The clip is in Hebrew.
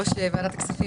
רייטן,